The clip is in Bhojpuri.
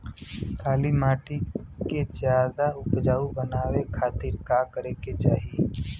काली माटी के ज्यादा उपजाऊ बनावे खातिर का करे के चाही?